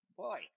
Boy